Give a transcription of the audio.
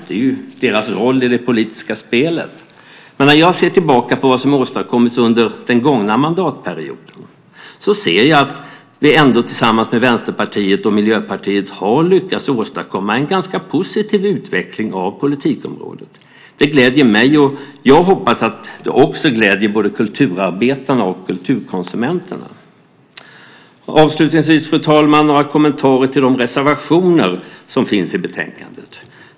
Det är deras roll i det politiska spelet. Men när jag ser tillbaka på vad som har åstadkommits under den gångna mandatperioden ser jag att vi ändå tillsammans med Vänsterpartiet och Miljöpartiet har lyckats åstadkomma en ganska positiv utveckling av politikområdet. Det gläder mig, och jag hoppas att det också gläder både kulturarbetarna och kulturkonsumenterna. Fru talman! Jag har några kommentarer till de reservationer som finns i betänkandet.